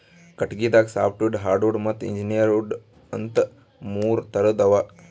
ಕಟಗಿದಾಗ softwood hardwood ಮತ್ತ್ engineered wood ಅಂತಾ ಮೂರ್ ಥರದ್ ಅವಾ